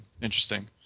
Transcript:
interesting